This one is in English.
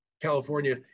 California